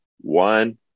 One